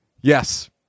yes